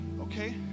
okay